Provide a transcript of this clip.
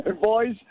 Boys